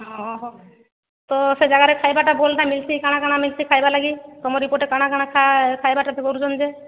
ଅ ହ ତ ସେ ଜାଗାରେ ଖାଇବାଟା ଭଲ୍ଟା ମିଲ୍ସି କାଣା କାଣା ମିଲ୍ସି ଖାଇବା ଲାଗି ତମରି ପଟେ କାଣା କାଣା ଖାଇବାଟା କରୁଛନ୍ ଯେ